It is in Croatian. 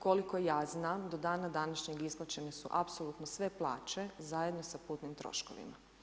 Koliko ja znam do dana današnjeg isplaćene su apsolutno sve plaće zajedno sa putnim troškovima.